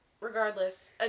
Regardless